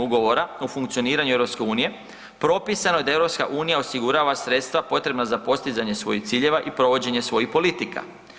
Ugovora o funkcioniranju EU propisano je da EU osigurava sredstva potrebna za postizanje svojih ciljeva i provođenje svojih politika.